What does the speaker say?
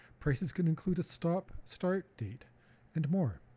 prices can include a stop start date and more.